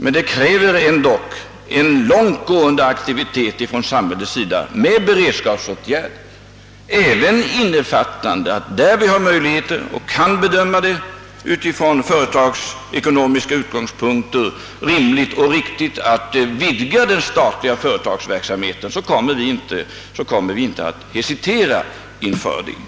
Men det kräver också en långtgående aktivitet från samhällets sida när det gäller beredskapsåtgärder; det innebär även att vi, i de fall då vi har möjligheter och kan bedöma att det ur företagsekonomisk synpunkt är rimligt och riktigt, inte kommer att hesitera inför att vidga den statliga företagsverksamheten.